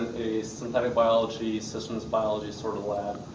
a synthetic biology systems biology sort of lab,